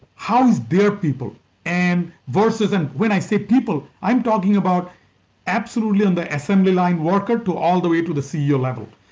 how is there people and versus. and when i say people, i'm talking about absolutely on the assembly line worker to all the way to the ceo level.